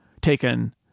taken